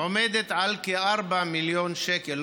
עומדת על כ-4 מיליון שקל,